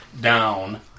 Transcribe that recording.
down